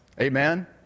Amen